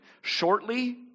Shortly